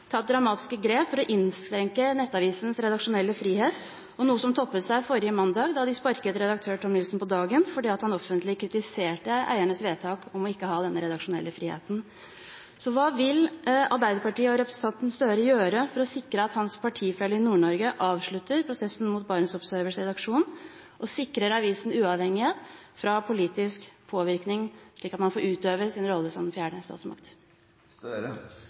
tatt dramatiske grep for å innskrenke nettavisens redaksjonelle frihet, noe som toppet seg forrige mandag da de sparket redaktør Thomas Nilsen på dagen fordi han offentlig kritiserte eiernes vedtak om ikke å ha den redaksjonelle friheten. Hva vil Arbeiderpartiet og representanten Gahr Støre gjøre for å sikre at hans partifeller i Nord-Norge avslutter prosessen mot BarentsObservers redaksjon og sikrer avisen uavhengighet fra politisk påvirkning – slik at man får utøve sin rolle som den fjerde statsmakt?